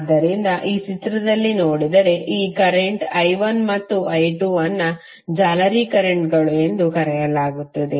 ಆದ್ದರಿಂದ ಈ ಚಿತ್ರದಲ್ಲಿ ನೋಡಿದರೆ ಈ ಕರೆಂಟ್ಗಳಾದ I1 ಮತ್ತು I2 ಅನ್ನು ಜಾಲರಿ ಕರೆಂಟ್ಗಳು ಎಂದು ಕರೆಯಲಾಗುತ್ತದೆ